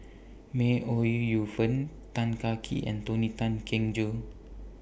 May Ooi Yu Fen Tan Kah Kee and Tony Tan Keng Joo